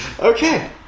okay